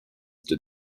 did